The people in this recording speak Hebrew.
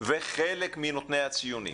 וחלק מנותני הציונים,